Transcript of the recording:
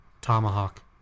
Tomahawk